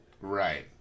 Right